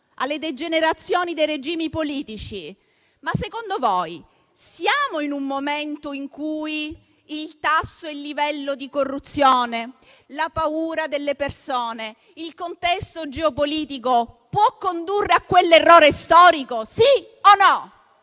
alle degenerazioni dei regimi politici, secondo voi siamo in un momento in cui il tasso, il livello di corruzione, la paura delle persone e il contesto geopolitico possono condurre a quell'errore storico? Sì o no?